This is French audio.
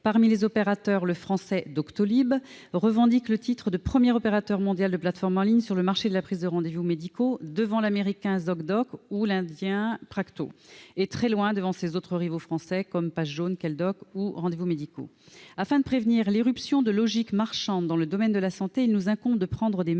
Parmi eux, le français Doctolib revendique le titre de premier opérateur mondial de plateforme en ligne sur le marché de la prise de rendez-vous médicaux, devant l'américain Zocdoc ou l'indien Practo, et très loin devant ses rivaux français, comme Pages Jaunes, KelDoc ou RDVmédicaux. Afin de prévenir l'irruption de logiques marchandes dans le domaine de la santé, il nous incombe de prendre des mesures